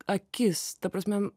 akis ta prasme